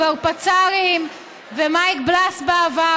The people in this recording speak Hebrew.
וכבר פצ"רים ומייק בלאס בעבר,